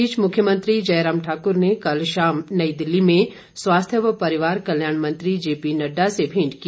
इस बीच मुख्यमंत्री जयराम ठाकुर ने कल शाम नई दिल्ली में स्वास्थ्य व परिवार कल्याण मंत्री जेपीनड्डा से भेंट की